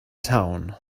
town